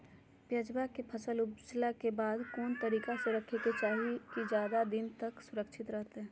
प्याज के फसल ऊपजला के बाद कौन तरीका से रखे के चाही की ज्यादा दिन तक सुरक्षित रहय?